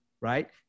right